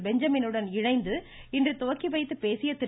பெஞ்சமினுடன் இணைந்து இன்று தொடங்கி வைத்து பேசிய திரு